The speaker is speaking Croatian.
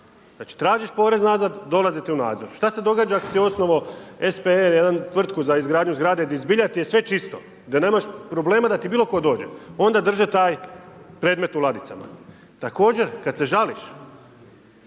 znači tražiš porez nazad, dolazi ti u nadzor. Šta se događa ako si osnovao SPE, jednu tvrtku, za izgradnju zgrade, gdje zbilja ti je sve čisto, da nemaš problema da ti bilo tko dođe, onda drže taj predmet u ladicama. Također, kada se žališ,